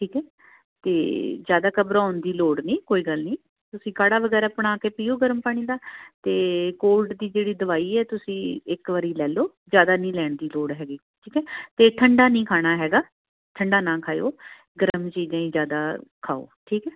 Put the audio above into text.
ਠੀਕ ਹੈ ਅਤੇ ਜ਼ਿਆਦਾ ਘਬਰਾਉਣ ਦੀ ਲੋੜ ਨਹੀਂ ਕੋਈ ਗੱਲ ਨਹੀਂ ਤੁਸੀਂ ਕਾਹੜਾ ਵਗੈਰਾ ਬਣਾ ਕੇ ਪੀਓ ਗਰਮ ਪਾਣੀ ਦਾ ਅਤੇ ਕੋਲਡ ਦੀ ਜਿਹੜੀ ਦਵਾਈ ਹੈ ਤੁਸੀਂ ਇੱਕ ਵਾਰੀ ਲੈ ਲਓ ਜ਼ਿਆਦਾ ਨਹੀਂ ਲੈਣ ਦੀ ਲੋੜ ਹੈਗੀ ਠੀਕ ਹੈ ਅਤੇ ਠੰਢਾ ਨਹੀਂ ਖਾਣਾ ਹੈਗਾ ਠੰਢਾ ਨਾ ਖਾਇਓ ਗਰਮ ਚੀਜ਼ਾਂ ਹੀ ਜ਼ਿਆਦਾ ਖਾਓ ਠੀਕ ਹੈ